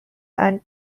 and